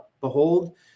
behold